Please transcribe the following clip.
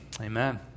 Amen